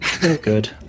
Good